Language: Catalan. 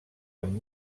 amb